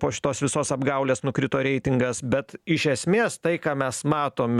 po šitos visos apgaulės nukrito reitingas bet iš esmės tai ką mes matom